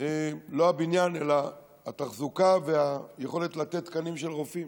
לא הבניין אלא התחזוקה והיכולת לתת תקנים של רופאים.